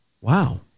Wow